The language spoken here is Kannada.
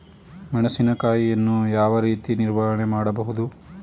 ಮೆಣಸಿನಕಾಯಿಯನ್ನು ಯಾವ ರೀತಿ ನಿರ್ವಹಣೆ ಮಾಡಬಹುದು?